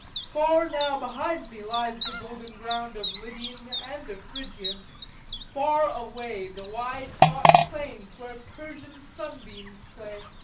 far now behind me lies the golden ground of lydian and of phrygian far away the wide hot plains where persian sunbeams play,